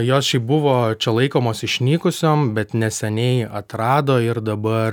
jos šiaip buvo čia laikomos išnykusiom bet neseniai atrado ir dabar